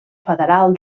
federal